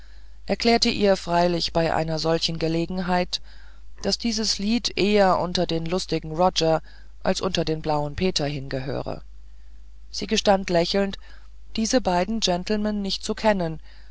erklärte ihr freilich bei einer solchen gelegenheit daß dieses lied eher unter den lustigen roger als unter den blauen peter hingehöre sie gestand lächelnd diese beiden gentlemen nicht zu kennen